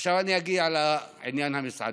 עכשיו אגיע לעניין המסעדות.